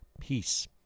peace